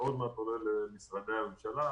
עוד מעט אני עולה למשרדי הממשלה.